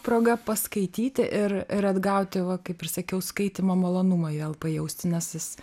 proga paskaityti ir ir atgauti va kaip ir sakiau skaitymo malonumą vėl pajausti nes jis